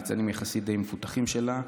ניצנים יחסים די מפותחים שלה,